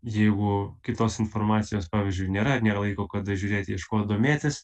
jeigu kitos informacijos pavyzdžiui nėra nėra laiko kada žiūrėt ieškot domėtis